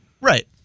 Right